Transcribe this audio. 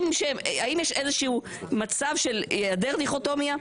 שהם האם יש איזה שהוא מצב של היעדר דיכוטומיה?